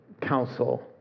council